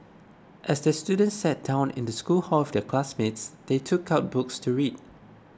as the students sat down in the school hall with their classmates they took out books to read